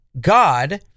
God